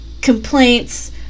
complaints